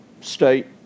state